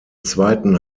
zweiten